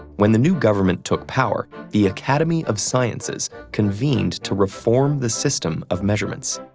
when the new government took power, the academy of sciences convened to reform the system of measurements.